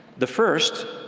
the first,